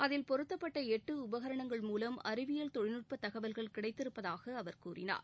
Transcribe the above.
அதில் பொருத்தப்பட்ட எட்டு உபகரணங்கள் மூலம் அறிவியல் தொழில்நுட்ப தகவல்கள் கிடைத்திருப்பதாக அவர் கூறினார்